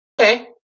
Okay